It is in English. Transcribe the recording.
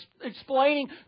explaining